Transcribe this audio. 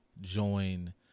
join